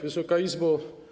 Wysoka Izbo!